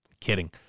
Kidding